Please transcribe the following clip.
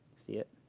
see it?